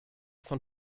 von